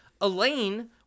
Elaine